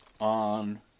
on